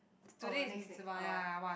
or next next ah